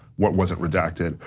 what wasn't redacted,